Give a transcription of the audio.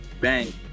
bang